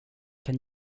kan